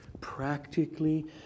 Practically